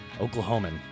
Oklahoman